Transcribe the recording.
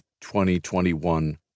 2021